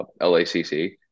LACC